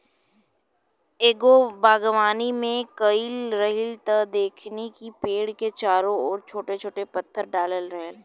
एगो बागवानी में गइल रही त देखनी कि पेड़ के चारो ओर छोट छोट पत्थर डालल रहे